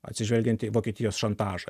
atsižvelgiant į vokietijos šantažą